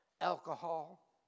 alcohol